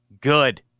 Good